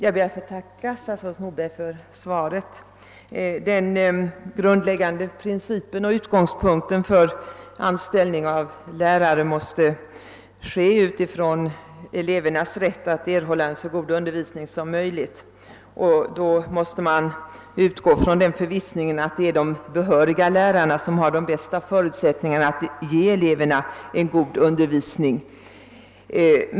Herr talman! Jag ber att få tacka statsrådet Moberg för svaret. Utgångspunkten vid anställning av lärare måste vara elevernas rätt att erhålla så god undervisning som möjligt. Då måste man utgå ifrån att det är de behöriga lärarna som har de bästa förutsättningarna att ge eleverna en god undervisning.